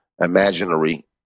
imaginary